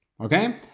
okay